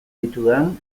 ditudan